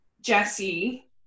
Jesse